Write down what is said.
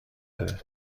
بده